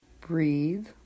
Breathe